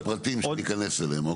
לפרטים שניכנס אליהם.